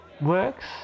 Works